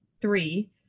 three